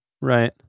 right